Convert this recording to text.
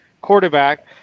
quarterback